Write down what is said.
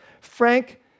Frank